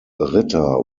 ritter